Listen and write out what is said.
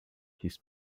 his